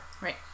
Right